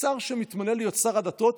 שר שמתמנה להיות שר הדתות,